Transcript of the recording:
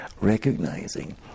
recognizing